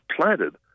planted